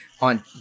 on